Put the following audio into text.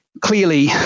Clearly